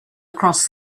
across